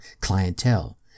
clientele